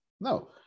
no